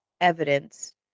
evidence